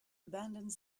abandons